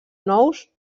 nous